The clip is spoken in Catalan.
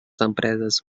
empreses